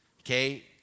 okay